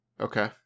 Okay